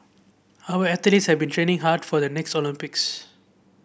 our athletes have been training hard for the next Olympics